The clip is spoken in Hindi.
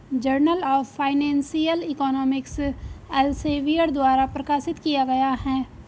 journal of financial economics Elsevier द्वारा प्रकाशित किया गया हैं